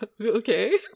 Okay